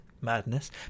madness